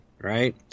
right